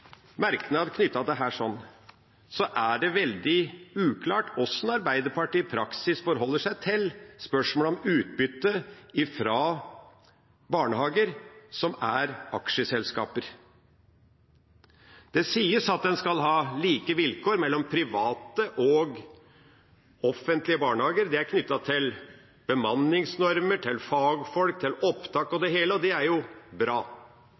praksis forholder seg til spørsmålet om utbytte fra barnehager som er aksjeselskaper. Det sies at en skal ha like vilkår mellom private og offentlige barnehager – det er knyttet til bemanningsnormer, til fagfolk, til opptak og det hele, og det er bra.